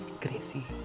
Crazy